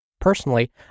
Personally